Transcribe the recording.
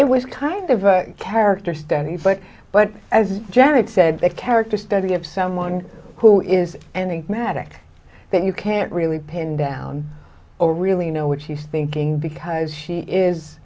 it was kind of a character study but but as jared said the character study of someone who is and the magic but you can't really pin down or really know what he's thinking because she is